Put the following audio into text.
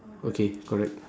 okay correct